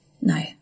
No